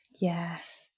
yes